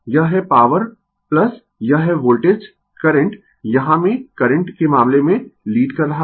यह है पॉवर यह है वोल्टेज करंट यहाँ में करंट के मामले में लीड कर रहा है